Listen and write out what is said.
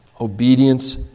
Obedience